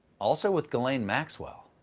also with ghislaine maxwell.